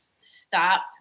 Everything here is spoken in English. stop